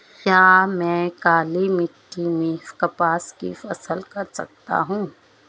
क्या मैं काली मिट्टी में कपास की फसल कर सकता हूँ?